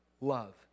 love